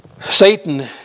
Satan